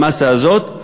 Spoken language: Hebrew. במאסה הזאת,